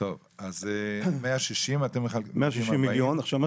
160,000,000. עכשיו,